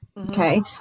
Okay